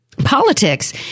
Politics